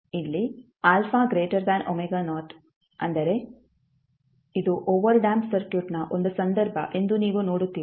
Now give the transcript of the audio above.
ಇಲ್ಲಿ ಅಂದರೆ ಇದು ಓವರ್ಡ್ಯಾಂಪ್ಡ್ ಸರ್ಕ್ಯೂಟ್ನ ಒಂದು ಸಂದರ್ಭ ಎಂದು ನೀವು ನೋಡುತ್ತೀರಿ